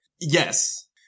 Yes